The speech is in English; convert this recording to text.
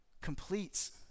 completes